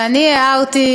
ואני הערתי,